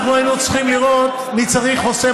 אנחנו היינו צריכים לראות מי צריך חוסם